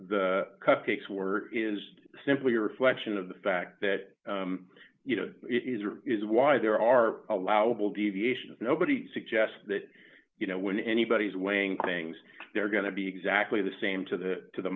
the cupcakes were is simply a reflection of the fact that you know it is or is why there are allowable deviations nobody suggests that you know when anybody's weighing things they're going to be exactly the same to the to the